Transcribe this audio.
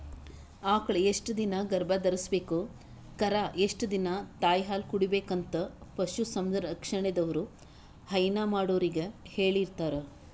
ಆಕಳ್ ಎಷ್ಟ್ ದಿನಾ ಗರ್ಭಧರ್ಸ್ಬೇಕು ಕರಾ ಎಷ್ಟ್ ದಿನಾ ತಾಯಿಹಾಲ್ ಕುಡಿಬೆಕಂತ್ ಪಶು ಸಂರಕ್ಷಣೆದವ್ರು ಹೈನಾ ಮಾಡೊರಿಗ್ ಹೇಳಿರ್ತಾರ್